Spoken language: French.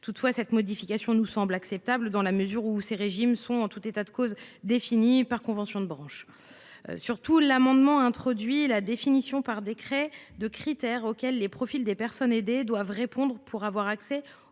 Toutefois, cette modification nous semble acceptable dans la mesure où ces régimes sont, en tout état de cause, définis par convention de branche. D’autre part, le dispositif proposé introduit la définition par décret de critères auxquels les profils des personnes aidées doivent répondre pour avoir accès